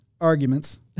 arguments